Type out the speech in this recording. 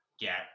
Get